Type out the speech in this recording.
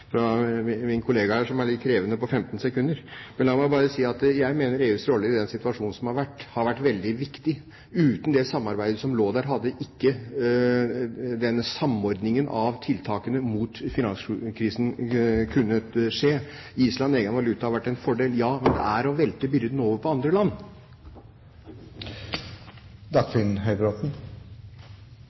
fra min kollega her, som er litt krevende på 15 sekunder. Men la meg bare si at jeg mener EUs rolle i den situasjonen som har vært, har vært veldig viktig. Uten det samarbeidet som var der, hadde ikke samordningen av tiltakene mot finanskrisen kunnet skje. Island, egen valuta – det har vært en fordel, ja, men det er å velte byrden over på andre land.